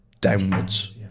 downwards